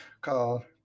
called